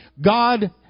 God